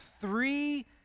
three